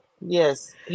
yes